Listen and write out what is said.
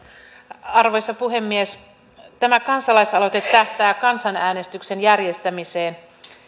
arvoisa puhemies tämä kansalaisaloite tähtää kansanäänestyksen järjestämiseen